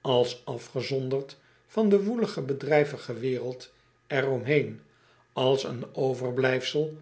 ls afgezonderd van de woelige bedrijvige wereld er om heen als een overblijfsel